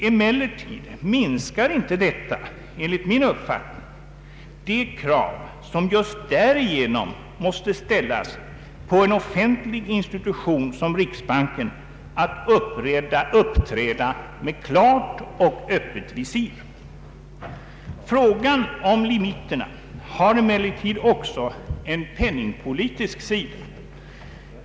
Emellertid minskar inte detta enligt min uppfattning det krav som just därigenom måste ställas på en offentlig institution som riksbanken att uppträda med öppet visir. Frågan om limiterna har emellertid också en penningpolitisk sida.